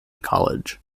college